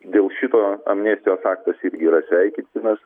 dėl šito amnestijos aktas irgi yra sveikintinas